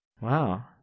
Wow